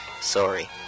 Sorry